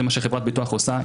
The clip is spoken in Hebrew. זה מה שחברת ביטוח עושה,